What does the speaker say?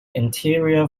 interior